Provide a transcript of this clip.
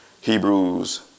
Hebrews